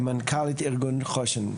מנכ"לית ארגון חוש"ן,